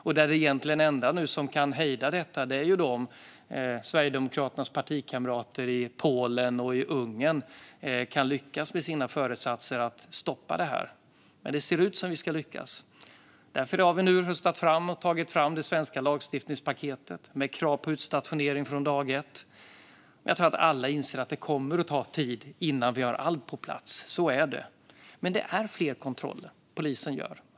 Det enda som egentligen kan hejda detta är om Sverigedemokraternas partikamrater i Polen och i Ungern lyckas med sina föresatser att stoppa det. Men det ser ut som att vi ska lyckas. Därför har vi nu tagit fram det svenska lagstiftningspaketet, med krav på utstationering från dag ett. Jag tror att alla inser att det kommer att ta tid innan vi har allt på plats. Så är det. Men polisen gör fler kontroller.